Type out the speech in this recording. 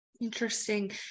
Interesting